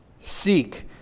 Seek